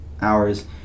hours